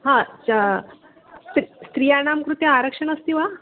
चा स्ति स्त्रियाणां क्रुते आरक्षणमस्ति वा